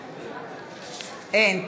אין.